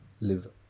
live